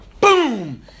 Boom